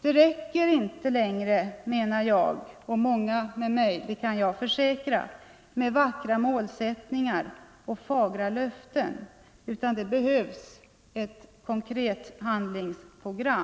Det räcker inte, menar jag och många med mig det kan jag försäkra, med vackra målsättningar och fagra löften, utan det behövs ett konkret handlingsprogram.